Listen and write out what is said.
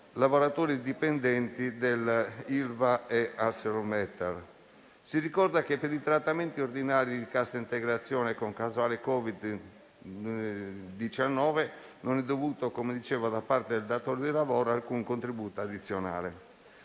lavoratori dipendenti dell'Ilva e ArcelorMittal. Si ricorda che per i trattamenti ordinari di cassa integrazione con causale Covid-19 non è dovuto da parte del datore di lavoro alcun contributo addizionale.